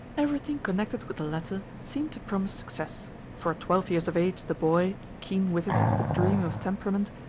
everything connected with the latter seemed to promise success, for at twelve years of age the boy keen-witted, but dreamy of temperament,